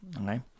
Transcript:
Okay